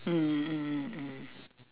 mm mm mm mm